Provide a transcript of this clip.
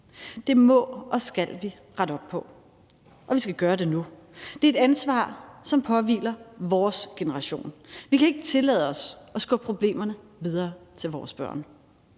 Det må og skal vi rette op på, og vi skal gøre det nu. Det er et ansvar, som påhviler vores generation. Vi kan ikke tillade os at skubbe problemerne videre til vores børn.